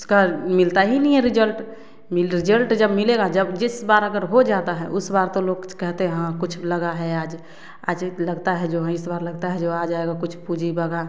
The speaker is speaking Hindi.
उसका मिलता ही नहीं हैं रिजल्ट मिल रिजल्ट जब मिलेगा जब जिस बार अगर हो जाता हैं उस बार तो लोग कहते हैं हाँ कुछ लगा हैं आज आज लगता हैं जो हैं इस बार लगता हैं जो आ जाएगा पूँजी भगा